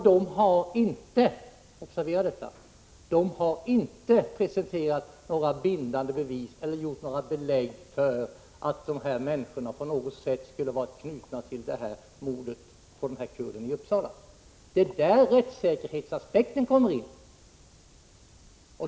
Den har inte presenterat några bindande bevis eller haft belägg för att dessa människor på något sätt skulle vara knutna till mordet på kurden i Uppsala — observera detta. Det är där rättssäkerhetsaspekten kommer in.